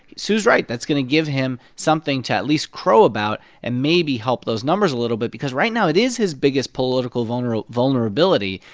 sue's right. that's going to give him something to at least crow about and maybe help those numbers a little bit because right now it is his biggest political vulnerability.